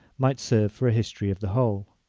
might serve for a history of the whole.